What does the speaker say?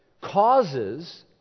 causes